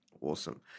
Awesome